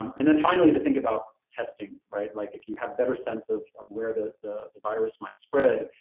and then finally to think about testing, right? like if you have better sense of of where the the virus might spread,